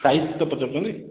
size ତ ପଚାରୁଛନ୍ତି